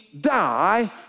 die